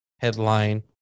Headline